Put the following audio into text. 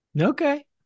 Okay